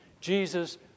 Jesus